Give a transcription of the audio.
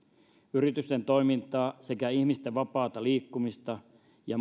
yritysten toimintaa sekä ihmisten vapaata liikkumista ja